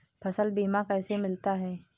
फसल बीमा कैसे मिलता है?